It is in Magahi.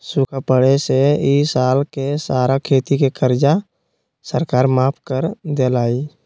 सूखा पड़े से ई साल के सारा खेती के कर्जा सरकार माफ कर देलई